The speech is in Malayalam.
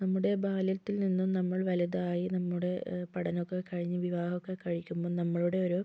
നമ്മുടെ ബാല്യത്തിൽ നിന്നും നമ്മൾ വലുതായി നമ്മുടെ പഠനമൊക്കെ കഴിഞ്ഞ് വിവാഹമൊക്കെ കഴിക്കുമ്പോൾ നമ്മളുടെയൊരു